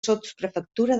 sotsprefectura